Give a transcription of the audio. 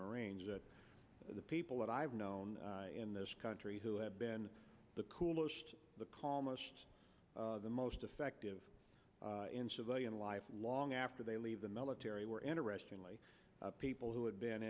marines that the people that i've known in this country who have been the coolest the calmest the most effective in civilian life long after they leave the military were interestingly people who have been